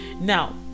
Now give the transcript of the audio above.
Now